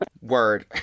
Word